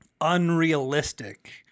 unrealistic